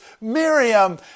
Miriam